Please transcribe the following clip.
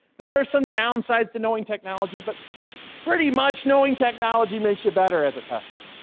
there are some downsides to knowing technology but pretty much knowing technology makes you better as a tester.